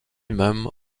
même